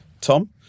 Tom